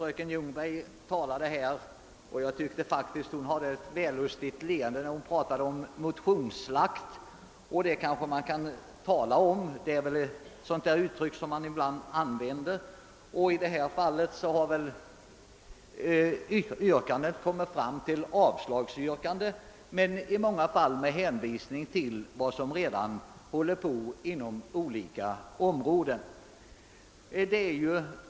Herr talman! Jag tyckte att fröken Ljungberg hade ett vällustigt leende på läpparna när hon talade om motionsslakt. Det är ett uttryck som man ibland använder, och utskottet har i denna fråga beslutat avstyrka motionerna — i många fall dock med hänvisning till utredningar som redan pågår.